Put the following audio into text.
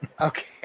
Okay